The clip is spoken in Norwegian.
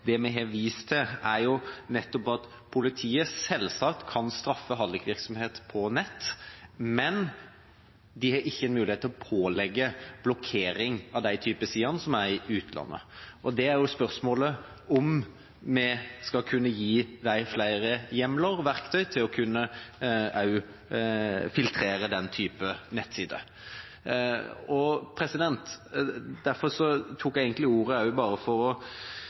det vi har vist til, er nettopp at politiet selvsagt kan straffe hallikvirksomhet på nett, men de har ikke mulighet til å pålegge blokkering av den typen sider som er i utlandet. Det er jo spørsmålet, om vi skal kunne gi dem flere hjemler og verktøy til også å kunne filtrere den type nettsider. Derfor tok jeg ordet også for å kommentere representanten Rotevatns innlegg, for